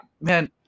man